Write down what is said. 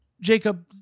Jacob